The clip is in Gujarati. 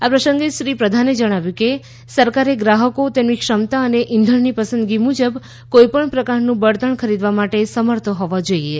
આ પ્રસંગે શ્રી પ્રધાને જણાવ્યું કે સરકારે ગ્રાહકો તેમની ક્ષમતા અનેઇંધણની પસંદગી મુજબ કોઈપણ પ્રકારનુંબળતણ ખરીદવા માટે સમર્થ હોવા જોઈએ